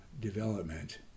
development